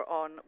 on